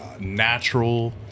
Natural